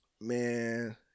man